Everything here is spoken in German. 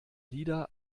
lieder